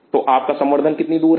तो आपका संवर्धन कितनी दूर है